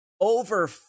over